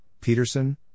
Peterson